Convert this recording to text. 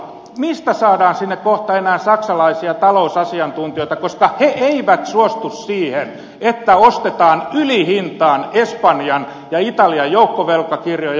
mistä saadaan sinne kohta enää saksalaisia talousasiantuntijoita koska he eivät suostu siihen että ostetaan ylihintaan espanjan ja italian joukkovelkakirjoja